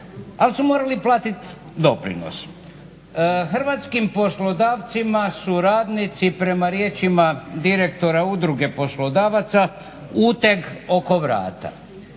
ali su morali platiti doprinose. Hrvatskim poslodavcima su radnici prema riječima direktora Udruge poslodavaca uteg oko vrata.